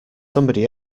somebody